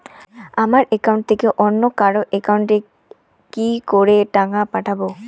আমার একাউন্ট থেকে অন্য কারো একাউন্ট এ কি করে টাকা পাঠাবো?